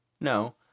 No